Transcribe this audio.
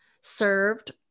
served